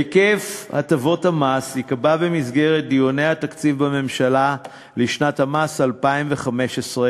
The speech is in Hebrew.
היקף הטבות המס ייקבע במסגרת דיוני התקציב לשנת המס 2015 בממשלה,